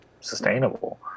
sustainable